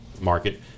market